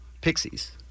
Pixies